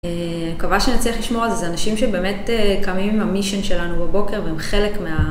מקווה שנצליח לשמור על זה, זה אנשים שבאמת קמים עם המישן שלנו בבוקר והם חלק מה...